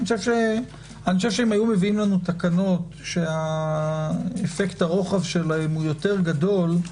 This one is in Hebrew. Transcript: אני חושב שאם היו מביאים לנו תקנות שאפקט הרוחב שלהן הוא יותר גדול,